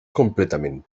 completament